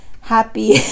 happy